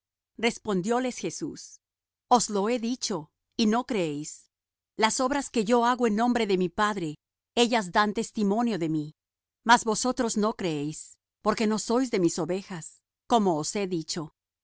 lo abiertamente respondióles jesús os lo he dicho y no creéis las obras que yo hago en nombre de mi padre ellas dan testimonio de mí mas vosotros no creéis porque no sois de mis ovejas como os he dicho